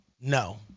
No